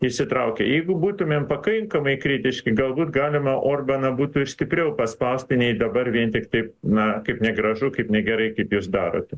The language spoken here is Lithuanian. įsitraukę jeigu būtumėm pakankamai kritiški galbūt galima orbaną būtų ir stipriau paspausti nei dabar vien tiktai na kaip negražu kaip negerai kaip jūs darote